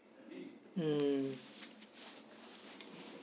mm